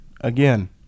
Again